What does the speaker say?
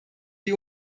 die